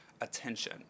attention